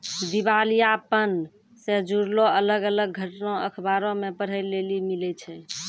दिबालियापन से जुड़लो अलग अलग घटना अखबारो मे पढ़ै लेली मिलै छै